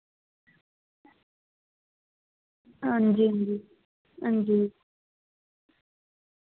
हां जी हां जी हां जी